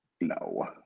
No